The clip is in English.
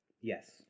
Yes